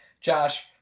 Josh